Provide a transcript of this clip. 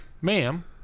Ma'am